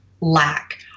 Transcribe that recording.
lack